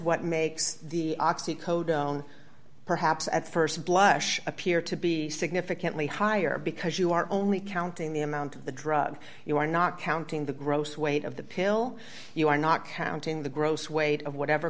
known perhaps at st blush appear to be significantly higher because you are only counting the amount of the drug you are not counting the gross weight of the pill you are not counting the gross weight of whatever